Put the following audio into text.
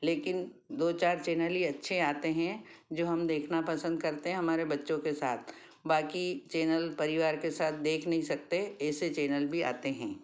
लेकिन दो चार चैनल ही अच्छे आते हैं जो हम देखना पसंद करते हैं हमारे बच्चों के साथ बाकी चैनल परिवार के साथ देख नहीं सकते ऐसे चैनल भी आते हैं